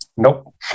Nope